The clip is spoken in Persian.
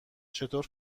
چطور